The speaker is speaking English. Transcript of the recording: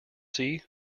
see